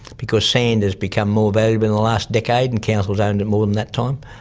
because sand has become more valuable in the last decade, and council's owned it more than that time.